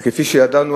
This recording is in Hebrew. וכפי שידענו,